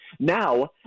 Now